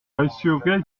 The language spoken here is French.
assuré